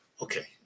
Okay